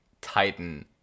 Titan